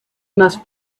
must